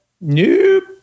Nope